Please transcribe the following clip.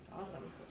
Awesome